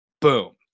Boom